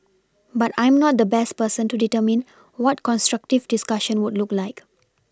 but I am not the best person to determine what constructive discussion would look like